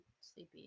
sleepy